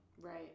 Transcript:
right